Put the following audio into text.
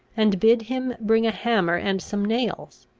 and bid him bring a hammer and some nails.